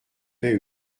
paie